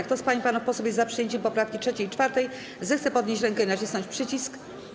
Kto z pań i panów posłów jest za przyjęciem poprawek 3. i 4., zechce podnieść rękę i nacisnąć przycisk.